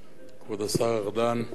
כבוד השר ארדן,